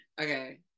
Okay